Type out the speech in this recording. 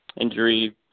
injury